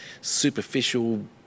superficial